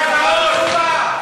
זה הכול.